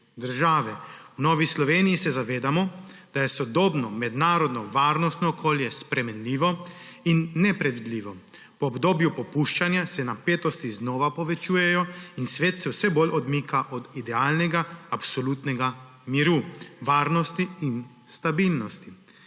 države. V Novi Sloveniji se zavedamo, da je sodobno mednarodno varnostno okolje spremenljivo in nepredvidljivo. Po obdobju popušča se napetosti znova povečujejo in svet se vse bolj odmika od idealnega absolutnega miru, varnosti in stabilnosti.